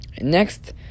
next